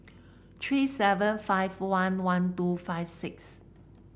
three seven five one one two five six